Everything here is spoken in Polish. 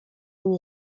nie